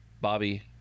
bobby